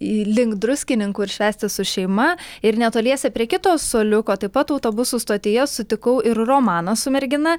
į link druskininkų ir švęsti su šeima ir netoliese prie kito suoliuko taip pat autobusų stotyje sutikau ir romaną su mergina